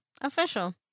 official